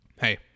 hey